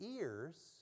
ears